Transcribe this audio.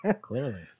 Clearly